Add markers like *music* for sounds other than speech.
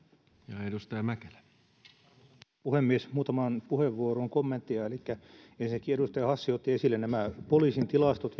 arvoisa puhemies muutamaan puheenvuoroon kommenttia ensinnäkin edustaja hassi otti esille nämä poliisin tilastot *unintelligible*